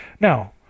Now